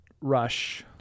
rush